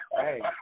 hey